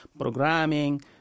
programming